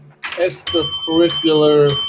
extracurricular